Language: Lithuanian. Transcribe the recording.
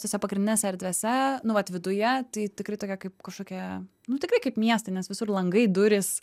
tose pagrindinėse erdvėse nu vat viduje tai tikrai tokia kaip kažkokia nu tikrai kaip mieste nes visur langai durys